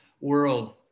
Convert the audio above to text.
world